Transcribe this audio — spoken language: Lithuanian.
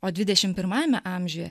o dvidešim pirmajame amžiuje